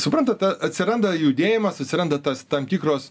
suprantat atsiranda judėjimas atsiranda tas tam tikros